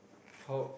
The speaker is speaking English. how